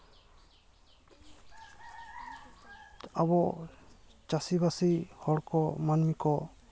ᱟᱵᱚ ᱪᱟᱥᱤᱵᱟᱥᱤ ᱦᱚᱲ ᱠᱚ ᱢᱟᱹᱱᱢᱤ